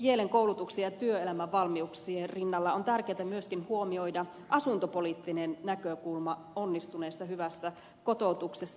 kielen koulutuksen ja työelämän valmiuksien rinnalla on tärkeätä myöskin huomioida asuntopoliittinen näkökulma onnistuneessa hyvässä kotoutuksessa